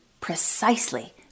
precisely